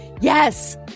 yes